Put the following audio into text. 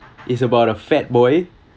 it's about a fat boy